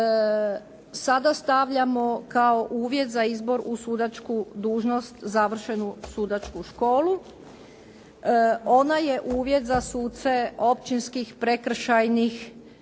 Sada stavljamo kao uvjet za izbor u sudačku dužnost, završenu sudačku školu. Ona je uvjet za suce općinskih, prekršajnih sudova,